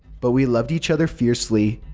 but we loved each other fiercely,